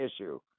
issue